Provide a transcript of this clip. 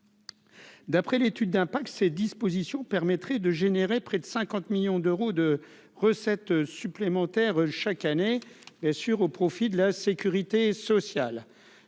D'après l'étude d'impact que ces dispositions permettrait de générer près de 50 millions d'euros de recettes supplémentaires chaque année et sur, au profit de la sécurité sociale,